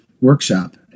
workshop